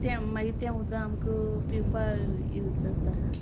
तें मागीर तें उदक आमकां पिवपा यूज जाता